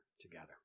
together